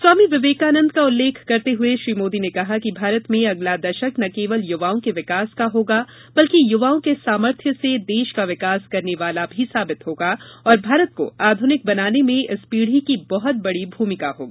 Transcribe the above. स्वामी विवेकानंद का उल्लेख करते हुए श्री मोदी ने कहा कि भारत में अगला दशक न केवल युवाओं के विकास का होगा बल्कि युवाओं के सामर्थ्य से देश का विकास करने वाला भी साबित होगा और भारत को आधुनिक बनाने में इस पीढ़ी की बहुत बढ़ी भूमिका होगी